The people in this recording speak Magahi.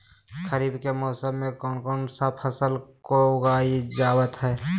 खरीफ के मौसम में कौन कौन सा फसल को उगाई जावत हैं?